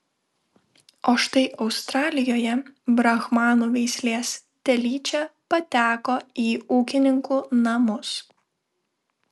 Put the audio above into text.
o štai australijoje brahmanų veislės telyčia pateko į ūkininkų namus